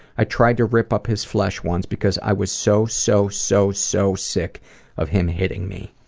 i tried to rip up his flesh once because i was so so so so sick of him hitting me.